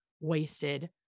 wasted